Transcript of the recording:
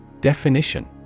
Definition